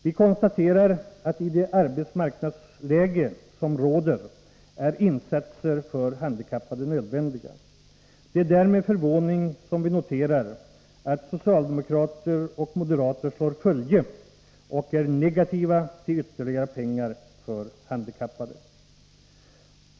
Vi konstaterar att i det arbetsmarknadsläge som råder är insatser för handikappade nödvändiga. Det är därför med förvåning som vi noterar att socialdemokrater och moderater slår följe med varandra och är negativa till ytterligare pengar för handikappade.